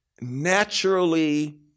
naturally